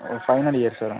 final year sir